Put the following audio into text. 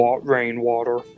rainwater